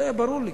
היה ברור לי